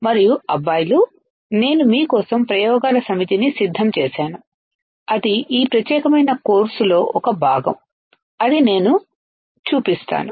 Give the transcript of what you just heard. మరియు అబ్బాయిలునేను మీ కోసం ప్రయోగాల సమితిని సిద్ధం చేసాను అది ఈ ప్రత్యేకమైన కోర్సుcourseలో ఒక భాగం అది నేను చూపిస్తాను